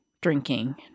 drinking